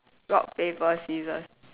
rock paper scissors